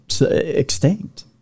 extinct